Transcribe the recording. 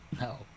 No